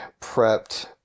prepped